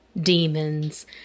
demons